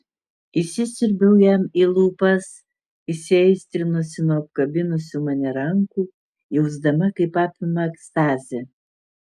įsisiurbiau jam į lūpas įsiaistrinusi nuo apkabinusių mane rankų jausdama kaip apima ekstazė